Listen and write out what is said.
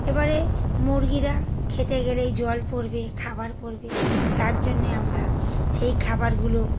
এবারে মুরগিরা খেতে গেলেই জল পড়বে খাবার পড়বে তার জন্যে আমরা সেই খাবারগুলো